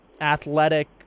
athletic